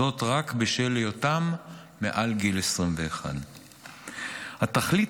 זאת רק בשל היותם מעל גיל 21. התכלית